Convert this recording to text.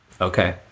okay